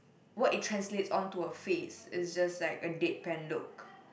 what it translates onto a face is just like a dead bent look